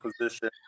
position